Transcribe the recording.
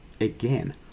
Again